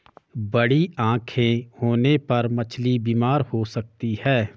बड़ी आंखें होने पर मछली बीमार हो सकती है